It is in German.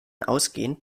ausgehend